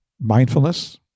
mindfulness